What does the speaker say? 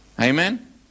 amen